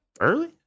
Early